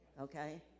Okay